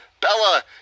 Bella